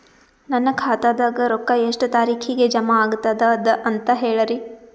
ನನ್ನ ಖಾತಾದಾಗ ರೊಕ್ಕ ಎಷ್ಟ ತಾರೀಖಿಗೆ ಜಮಾ ಆಗತದ ದ ಅಂತ ಹೇಳರಿ?